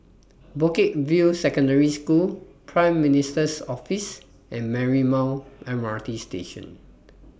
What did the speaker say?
Bukit View Secondary School Prime Minister's Office and Marymount M R T Station